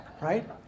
right